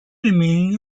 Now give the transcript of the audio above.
remaining